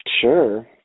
Sure